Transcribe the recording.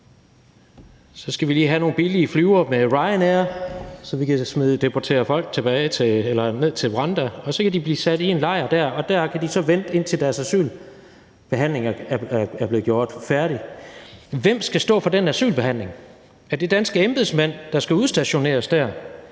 så skal vi lige have nogle billige flyveture med Ryanair, så vi kan deportere folk ned til Rwanda, og så kan de blive sat i en lejr der. Og dér kan de så vente, indtil deres asylbehandling er blevet gjort færdig. Hvem skal stå for den asylbehandling? Er det danske embedsmænd, der skal udstationeres